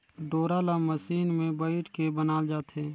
डोरा ल मसीन मे बइट के बनाल जाथे